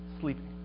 sleeping